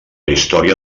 història